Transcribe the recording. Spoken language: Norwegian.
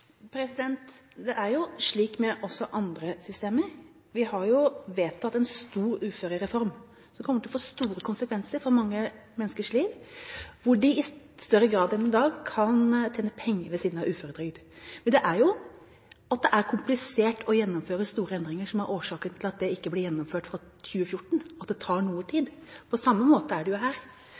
fatte? Det er slik også med andre systemer. Vi har vedtatt en stor uførereform. Den kommer til å få store konsekvenser for mange menneskers liv, hvor de i større grad enn i dag kan tjene penger ved siden av uføretrygd. Det er jo det at det er komplisert å gjennomføre store endringer som er årsaken til at det ikke blir gjennomført før i 2014, at det tar noe tid. På samme måte er det her.